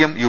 M U